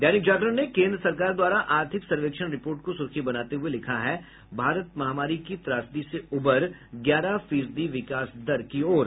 दैनिक जागरण ने केन्द्र सरकार द्वारा आर्थिक सर्वेक्षण रिपोर्ट को सुर्खी बनाते हुये लिखा है भारत महामारी की त्रासदी से उबर ग्यारह फीसदी विकास दर की ओर